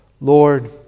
Lord